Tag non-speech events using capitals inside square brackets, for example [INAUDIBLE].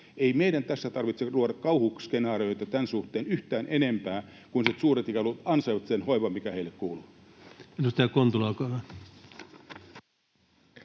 Ei meidän tässä tarvitse luoda kauhuskenaarioita tämän suhteen yhtään enempää. [NOISE] Suuret ikäluokat ansaitsevat sen hoivan, mikä heille kuuluu.